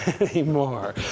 anymore